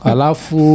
Alafu